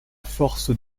force